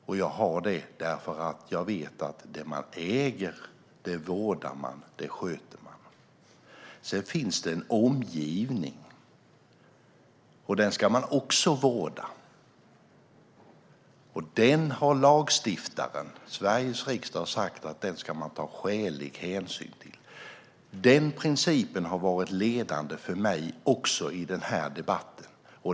Anledningen till det är att jag vet att man vårdar och sköter det man äger. Sedan finns det en omgivning, och den ska man också vårda. Lagstiftaren, Sveriges riksdag, har sagt att man ska ta skälig hänsyn till denna omgivning. Denna princip har varit ledande för mig också i den här debatten.